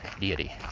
deity